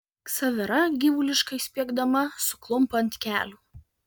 ksavera gyvuliškai spiegdama suklumpa ant kelių